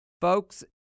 folks